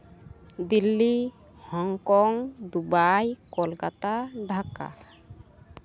Delhi Hong Kong Dubai Kolkata Dhaka